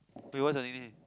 do you want submit it